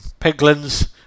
piglins